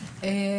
ור"ה.